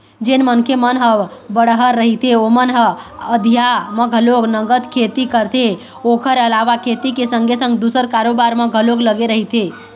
जेन मनखे मन ह बड़हर रहिथे ओमन ह अधिया म घलोक नंगत खेती करथे ओखर अलावा खेती के संगे संग दूसर कारोबार म घलोक लगे रहिथे